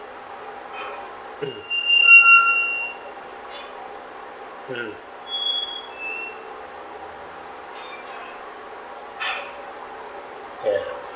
ya